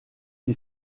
qui